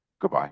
goodbye